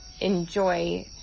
enjoy